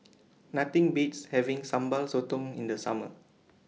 Nothing Beats having Sambal Sotong in The Summer